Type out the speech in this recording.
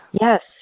Yes